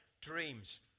dreams